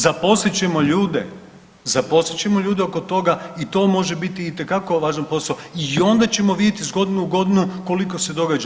Zaposlit ćemo ljude, zaposlit ćemo ljude oko toga i to može biti itekako važan posao i onda ćemo vidjeti iz godine u godinu koliko se događa.